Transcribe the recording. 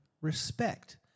respect